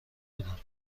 بودند